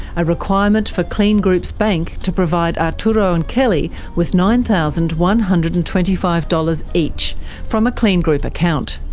a requirement for kleen group's bank to provide arturo and kelly with nine thousand one hundred and twenty five dollars each from a kleen group account.